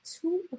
two